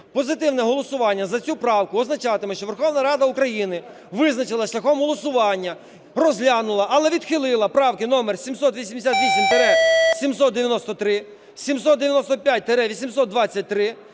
Позитивне голосування за цю правку означатиме, що Верховна Рада України визначилася шляхом голосування, розглянула, але відхилила правки номер: 788-793, 795-823,